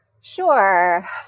Sure